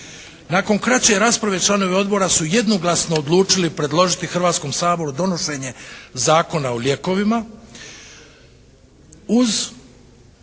Nakon kraće rasprave članovi odbora su jednoglasno odlučili predložiti Hrvatskom saboru donošenje Zakona o lijekovima